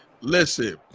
Listen